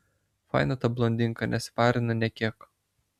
faina ta blondinka nesiparina nė kiek